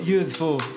useful